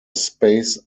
space